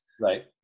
Right